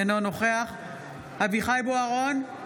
אינו נוכח אביחי אברהם בוארון,